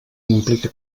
implica